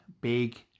big